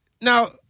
now